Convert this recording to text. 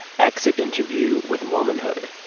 exit interview with womanhood.